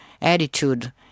attitude